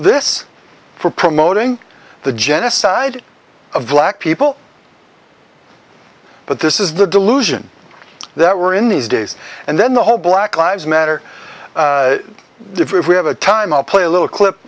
this for promoting the genocide of black people but this is the delusion that we're in these days and then the whole black lives matter if we have a time i'll play a little clip